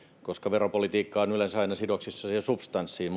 koska veropolitiikka on yleensä aina sidoksissa siihen substanssiin